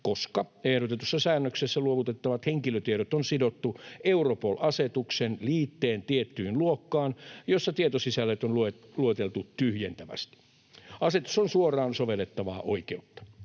koska ehdotetussa säännöksessä luovutettavat henkilötiedot on sidottu Europol-asetuksen liitteen tiettyyn luokkaan, jossa tietosisällöt on lueteltu tyhjentävästi. Asetus on suoraan sovellettavaa oikeutta.